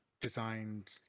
designed